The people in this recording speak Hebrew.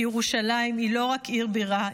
כי ירושלים היא לא רק עיר בירה,